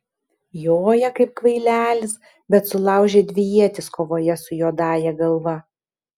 joja kaip kvailelis bet sulaužė dvi ietis kovoje su juodąja galva